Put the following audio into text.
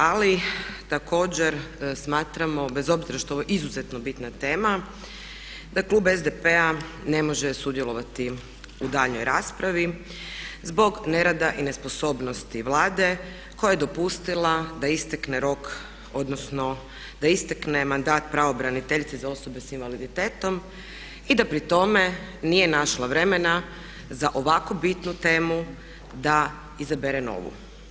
Ali također smatramo bez obzira što je ovo izuzetno bitna tema da Klub SDP-a ne može sudjelovati u daljnjoj raspravi zbog nerada i nesposobnosti Vlade koja je dopustila da istekne rok, odnosno da istekne mandat pravobraniteljici za osobe s invaliditetom i da pri tome nije našla vremena za ovako bitnu temu da izabere novu.